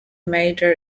major